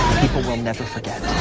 will never forget.